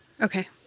Okay